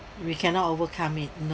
we cannot overcome it no